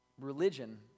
religion